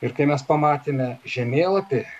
ir kai mes pamatėme žemėlapį